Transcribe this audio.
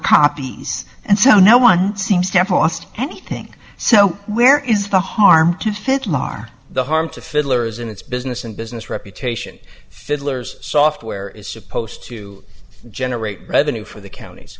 copies and so no one seems temple lost anything so where is the harm to fit lar the harm to fiddlers and its business and business reputation fiddlers software is supposed to generate revenue for the counties